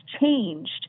changed